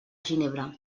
ginebra